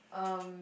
um